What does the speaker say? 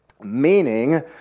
Meaning